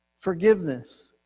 Forgiveness